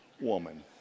woman